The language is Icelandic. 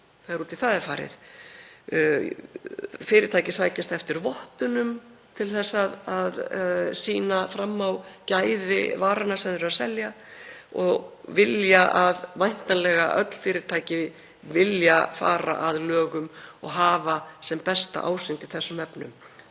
ef út í það er farið. Fyrirtæki sækjast eftir vottunum til að sýna fram á gæði varanna sem þau eru að selja og væntanlega vilja öll fyrirtæki fara að lögum og hafa sem besta ásýnd í þessum efnum.